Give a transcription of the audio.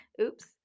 Oops